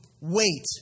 Wait